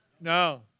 No